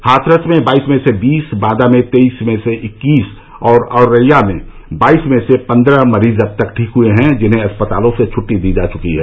हाथरस में बाईस में से बीस बांदा में तेईस में से इक्कीस और औरैया में बाईस में से पन्द्रह मरीज अब तक ठीक हुए हैं जिन्हें अस्पतालों से छुट्टी दी जा चुकी है